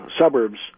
suburbs